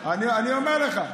אני אומר לך.